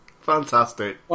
Fantastic